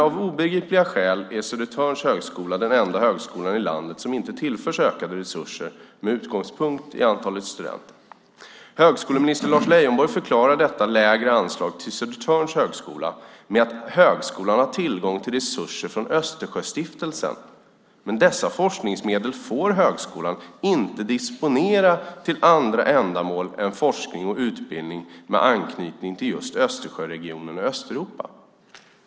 Av obegripliga skäl är Södertörns högskola den enda högskola i landet som inte tillförs ökade resurser med utgångspunkt i antalet studenter. Högskoleminister Lars Leijonborg förklarar detta lägre anslag till Södertörns högskola med att högskolan har tillgång till resurser från Östersjöstiftelsen. Dessa forskningsmedel får dock högskolan inte disponera till andra ändamål än forskning och utbildning med anknytning till just Östersjöregionen och Östeuropa.